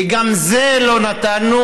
וגם את זה לא נתנו,